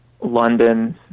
London